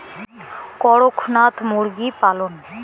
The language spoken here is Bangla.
করকনাথ মুরগি পালন?